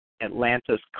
Atlanta's